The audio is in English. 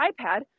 iPad